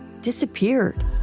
disappeared